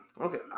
Okay